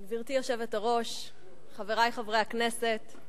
גברתי היושבת-ראש, חברי חברי הכנסת,